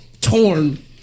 torn